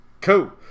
Cool